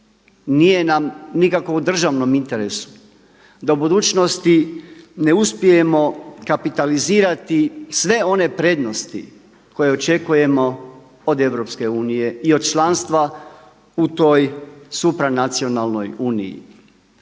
nije nam u nikakvom državnom interesu da u budućnosti ne uspijemo kapitalizirati sve one prednosti koje očekujemo od EU i od članstva u toj super nacionalnoj Uniji.